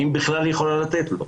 אם בכלל היא יכולה לתת לו,